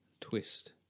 twist